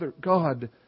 God